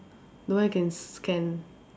the one I can scan